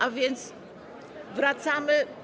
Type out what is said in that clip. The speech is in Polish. A więc wracamy.